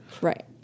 Right